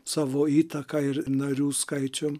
savo įtaka ir narių skaičium